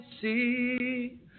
see